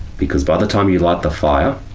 because by the time you light the fire,